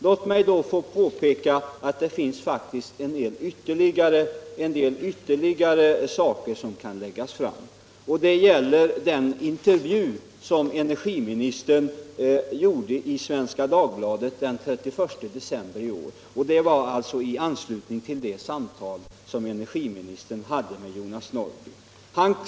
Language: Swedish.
Låt mig då påpeka att det faktiskt finns ytterligare skäl som kan anföras. Jag tänker på den intervju med energiministern som gjordes i Skånska Dagbladet av den 31 december 1977 i anslutning till det samtal industriministern hade med Jonas Norrby.